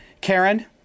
karen